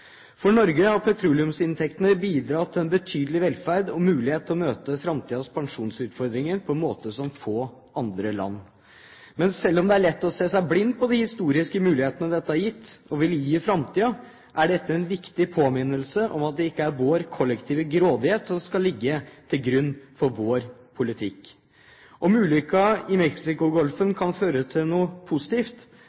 For Norge har petroleumsinntektene bidratt til en betydelig velferd og mulighet til å møte framtidens pensjonsutfordringer på en måte som få andre land kan. Men selv om det er lett å se seg blind på de historiske mulighetene dette har gitt, og vil gi i framtiden, er dette en viktig påminnelse om at det ikke er vår kollektive grådighet som skal ligge til grunn for vår politikk. Om ulykken i